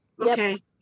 okay